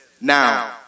Now